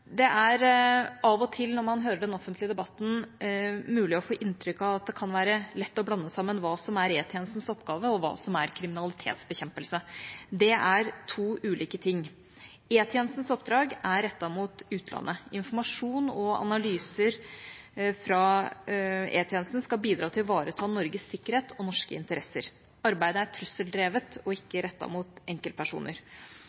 Av og til når man hører den offentlige debatten, er det mulig å få inntrykk av at det kan være lett å blande sammen hva som er E-tjenestens oppgave og hva som er kriminalitetsbekjempelse. Det er to ulike ting. E-tjenestens oppdrag er rettet mot utlandet. Informasjon og analyser fra E-tjenesten skal bidra til å ivareta Norges sikkerhet og norske interesser. Arbeidet er trusseldrevet og